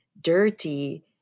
dirty